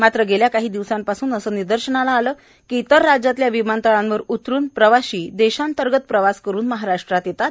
मात्र गेल्या काही दिवसांपासून असं निदर्शनाला आलंय की इतर राज्यातल्या विमानतळांवर उतरून प्रवाशी देशांतर्गत प्रवास करून महाराष्ट्रात येतात